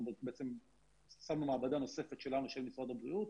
הוספנו מעבדה נוספת, של משרד הבריאות,